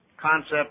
Concept